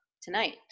tonight